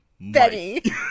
Betty